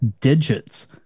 digits